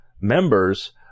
members